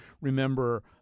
remember